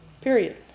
period